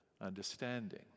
understanding